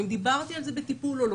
האם דיברתי על זה בטיפול או לא,